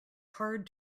hard